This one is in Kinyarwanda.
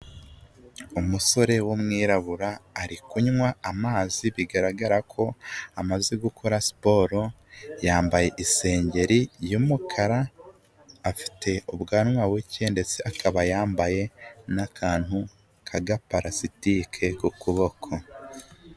Umusore w'umwirabura ari kunywa amazi bigaragara ko amaze gukora siporo, yambaye isengeri y'umukara afite ubwanwa buke ndetse akaba yambaye n'akantu kagaparasitike ku kuboko.